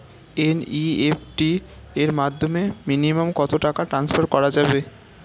NEFT এর মাধ্যমে minimum কত টাকা টান্সফার করা যাবে?